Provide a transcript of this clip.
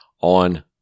on